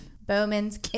Bowman's